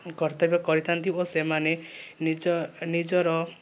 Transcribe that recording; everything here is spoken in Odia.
କର୍ତ୍ତବ୍ୟ କରିଥାନ୍ତି ଓ ସେମାନେ ନିଜ ନିଜର